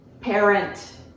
parent